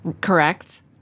Correct